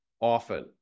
often